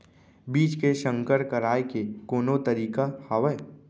बीज के संकर कराय के कोनो तरीका हावय?